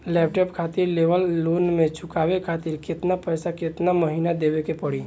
Laptop खातिर लेवल loan के चुकावे खातिर केतना पैसा केतना महिना मे देवे के पड़ी?